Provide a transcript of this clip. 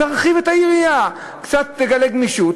אז תרחיבו את היריעה, קצת לגלות גמישות.